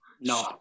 No